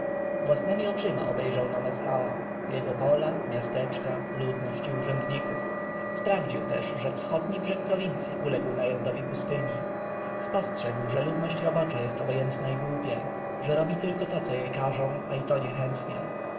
własnemi oczyma obejrzał nomes aa jego pola miasteczka ludność i urzędników sprawdził też że wschodni brzeg prowincji uległ najazdowi pustyni spostrzegł że ludność robocza jest obojętna i głupia że robi tylko to co jej każą a i to niechętnie